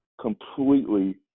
completely